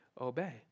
obey